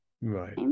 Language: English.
Right